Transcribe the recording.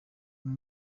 uyu